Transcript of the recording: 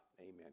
Amen